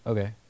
Okay